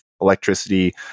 electricity